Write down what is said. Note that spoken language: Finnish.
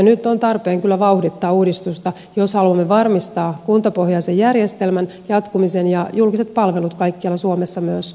nyt on tarpeen kyllä vauhdittaa uudistusta jos haluamme varmistaa kuntapohjaisen järjestelmän jatkumisen ja julkiset palvelut kaikkialla suomessa myös tulevaisuudessa